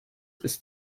ist